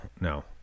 No